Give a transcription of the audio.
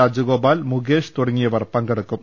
രാജഗോപാൽ മുകേഷ് തുടങ്ങിയവർ പങ്കെടുക്കും